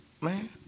Man